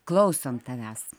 klausom tavęs